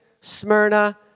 Smyrna